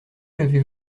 l’avez